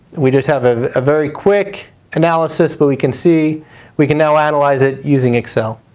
we just have a very quick analysis, but we can see we can now analyze it using excel.